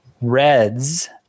Reds